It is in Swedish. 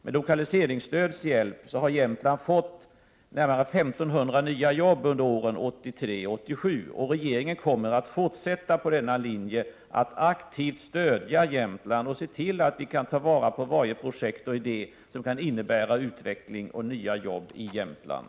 Med lokaliseringsstödets hjälp har Jämtland fått närmare 1 500 nya jobb under åren 1983-1987, och regeringen kommer att fortsätta på denna linje, nämligen att aktivt stödja Jämtland och se till att man kan ta vara på varje projekt och idé som kan innebära utveckling och nya arbetstillfällen i Jämtland.